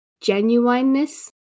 genuineness